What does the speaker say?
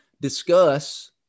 discuss